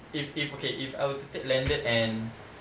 if if okay if I were to take landed and